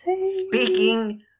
Speaking